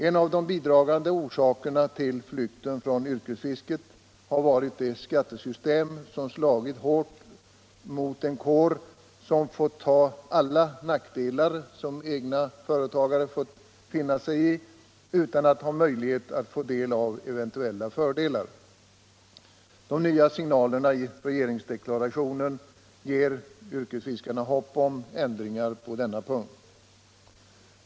En av de bidragande orsakerna till flykten från yrkesfisket har varit det skattesystem som slagit hårt mot en kår som fått ta alla nackdelar som egna företagare måst finna sig i, utan att få eventuella fördelar. De nya signalerna i regeringsdeklarationen ger yrkesfiskarna hopp om ändringar på denna punkt.